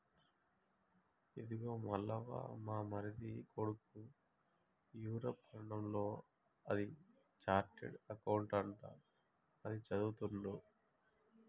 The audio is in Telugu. ఇదిగో మల్లవ్వ మా మరిది కొడుకు యూరప్ ఖండంలో అది చార్టెడ్ అకౌంట్ అంట అది చదువుతుండు